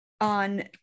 on